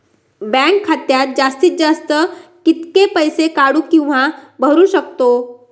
Bank खात्यात जास्तीत जास्त कितके पैसे काढू किव्हा भरू शकतो?